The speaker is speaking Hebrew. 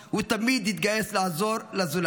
הוא תמיד התגייס לעזור לזולת.